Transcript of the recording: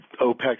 OPEC